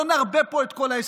לא נמנה פה את כל ההישגים.